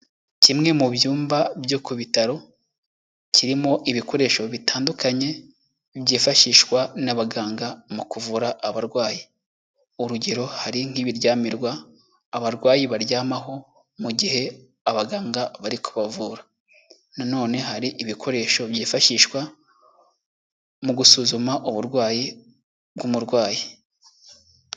Kimwe mu byumba byo ku bitaro, kirimo ibikoresho bitandukanye byifashishwa n'abaganga mu kuvura abarwayi, urugero hari nk'ibiryamirwa abarwayi baryamaho mu gihe abaganga bari kubavura, nanone hari ibikoresho byifashishwa mu gusuzuma uburwayi bw'umurwayi.